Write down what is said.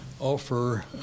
offer